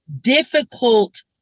difficult